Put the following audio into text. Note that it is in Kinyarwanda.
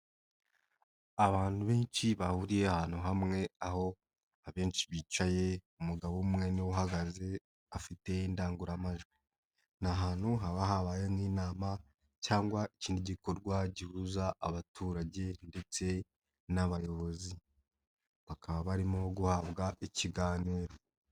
Abantu benshi bahuriye ahantu hamwe aho abenshi bicaye umugabo umwe niwe uhagaze afite indangururamajwi. Ni ahantu haba habaye nk'inama cyangwa ikindi gikorwa gihuza abaturage ndetse n'abayobozi, bakaba barimo guhabwa ikiganiro.